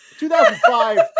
2005